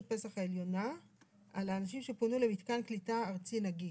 פס"ח העליונה על אנשים שפונו למתקן קליטה ארצי נגיש.